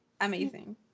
amazing